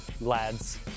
lads